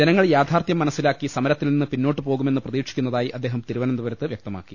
ജനങ്ങൾ യാഥാർത്ഥ്യം മനസ്സിലാക്കി സമരത്തിൽ നിന്ന് പിന്നോട്ടു പോകു മെന്ന് പ്രതീക്ഷിക്കുന്നതായി അദ്ദേഹം തിരുവനന്തപുരത്ത് പറ ഞ്ഞു